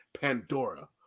Pandora